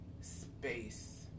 space